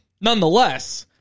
nonetheless